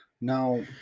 Now